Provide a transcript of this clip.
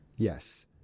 Yes